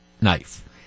knife